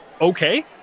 okay